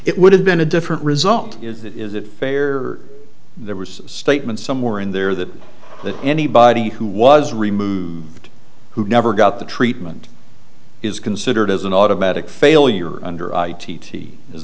it would have been a different result is it fair there was a statement somewhere in there that that anybody who was removed who never got the treatment is considered as an automatic failure under i